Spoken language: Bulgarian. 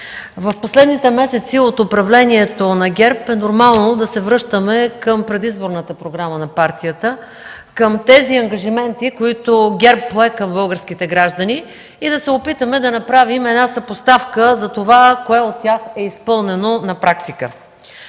в последните месеци от управлението на ГЕРБ е нормално да се връщаме към предизборната програма на партията, към тези ангажименти, които ГЕРБ пое към българските граждани и да се опитаме да направим една съпоставка за това кое от тях е изпълнено на практика.